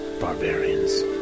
barbarians